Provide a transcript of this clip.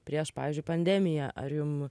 prieš pavyzdžiui pandemiją ar jum